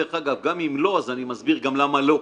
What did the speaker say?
גם אם לא, אז אני מסביר גם למה לא.